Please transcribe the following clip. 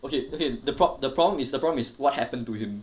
okay okay the prob~ the problem is what happen to him